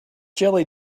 jelly